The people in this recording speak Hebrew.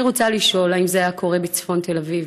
אני רוצה לשאול אם זה היה קורה בצפון תל אביב,